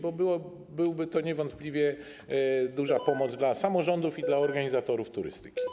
Byłaby to niewątpliwie duża pomoc dla samorządów i organizatorów turystyki.